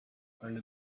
under